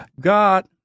God